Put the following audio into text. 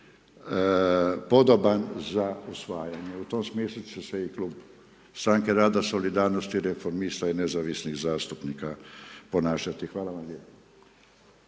podoban za usvajanje. U tom smislu će se i Klub Stranke rada, solidarnosti, reformista i Nezavisnih zastupnika ponašati. Hvala vam lijepo.